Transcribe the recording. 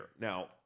Now